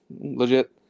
legit